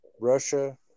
Russia